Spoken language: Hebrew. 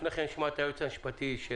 לפני כן נשמע את דבריו של היועץ המשפטי לוועדה.